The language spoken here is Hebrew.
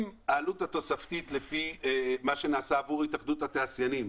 אם העלות התוספתית לפי מה שנעשה עבור התאחדות התעשיינים,